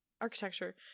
architecture